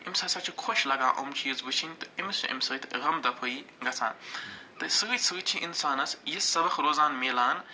أمِس ہَسا چھِ خۄش لگان یِم چیٖز وٕچھِنۍ تہٕ أمِس چھِ اَمہِ سۭتۍ غم دفٲیی گَژھان تہٕ سۭتۍ سۭتۍ چھِ انسانس یہِ سبق روزان مِلان